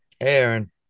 Aaron